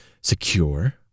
secure